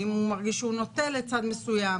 האם הוא מרגיש שהוא נוטה לצד מסוים,